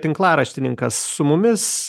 tinklaraštininkas su mumis